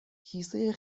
کیسه